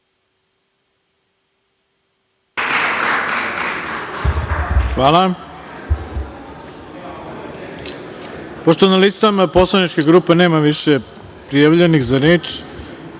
Hvala. Pošto na listama poslaničkih grupa nema više prijavljenih za reč,